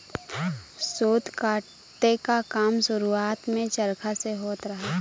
सूत काते क काम शुरुआत में चरखा से होत रहल